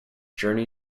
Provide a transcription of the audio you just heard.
journey